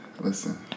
Listen